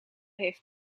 heeft